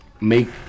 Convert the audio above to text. make